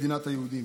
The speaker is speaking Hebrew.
מדינת היהודים.